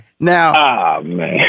Now